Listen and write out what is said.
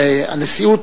הנשיאות,